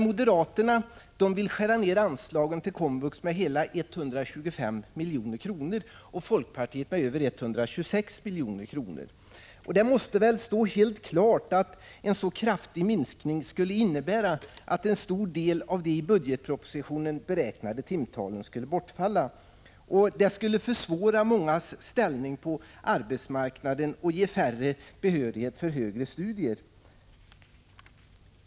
Moderaterna vill skära ner anslagen till komvux med 125 milj.kr. och folkpartiet med över 126 milj.kr. Det måste stå helt klart att en så kraftig minskning skulle innebära att en stor del av de i budgetpropositionen beräknade timtalen skulle bortfalla. Det skulle försvåra många människors ställning på arbetsmarknaden och ge färre behörighet till högre studier.